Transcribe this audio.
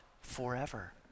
forever